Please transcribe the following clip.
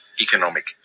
economic